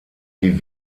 die